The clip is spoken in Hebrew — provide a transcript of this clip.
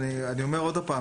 אני אומר שוב,